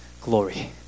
glory